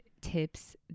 tips